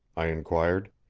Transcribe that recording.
i inquired.